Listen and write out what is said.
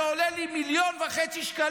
זה עולה לי 1.5 מיליון שקלים.